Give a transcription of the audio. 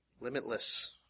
limitless